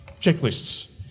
checklists